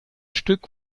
stück